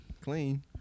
clean